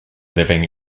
living